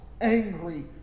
angry